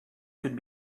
could